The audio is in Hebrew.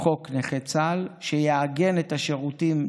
חוק נכי צה"ל שיעגן את השירותים,